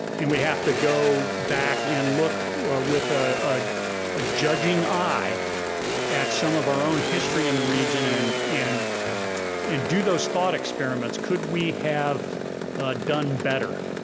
and we have to go back and look with a ah ah judging eye at some of our own history in the region and and and do those thought experiments, could we have done better?